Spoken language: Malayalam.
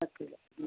പത്ത് കിലോ